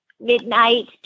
midnight